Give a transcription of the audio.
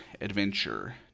adventure